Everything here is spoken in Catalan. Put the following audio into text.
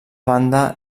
banda